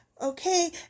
okay